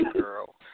girl